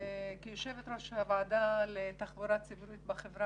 כיו"ר הוועדה לתחבורה ציבורית בחברה